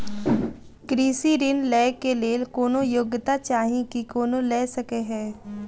कृषि ऋण लय केँ लेल कोनों योग्यता चाहि की कोनो लय सकै है?